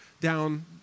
down